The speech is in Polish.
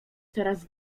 coraz